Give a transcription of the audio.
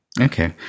Okay